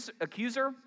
accuser